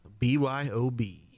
BYOB